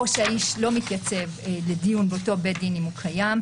או שהאיש לא מתייצב לדיון באותו בית דין אם הוא קיים,